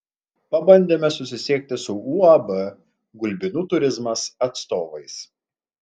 pabandėme susisiekti su uab gulbinų turizmas atstovais